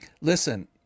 listen